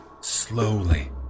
Slowly